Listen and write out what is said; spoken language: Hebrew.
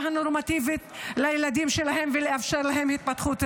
הנורמטיבית לילדים שלהן ולאפשר להם התפתחות רגילה.